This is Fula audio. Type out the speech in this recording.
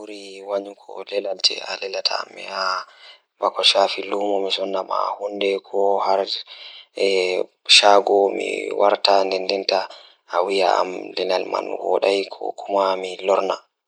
Ko ngal njangu njamaaji ngal mi waɗataa heɓde sabu ngal njiddaade ngam ngal rewɓe ɗam. Mi njiddaade fiyaangu rewɓe ngal, sabu fiyaangu ngal njiddaade ngal rewɓe.